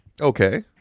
Okay